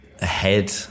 ahead